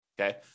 Okay